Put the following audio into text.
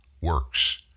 works